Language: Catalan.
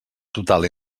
total